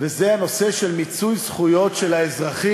שאין זה מתפקידה של המפקחת